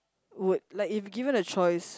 would like if given a choice